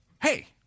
hey